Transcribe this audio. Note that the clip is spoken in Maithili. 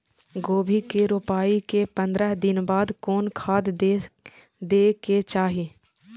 गोभी के रोपाई के पंद्रह दिन बाद कोन खाद दे के चाही?